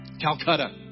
Calcutta